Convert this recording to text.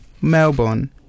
Melbourne